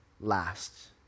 last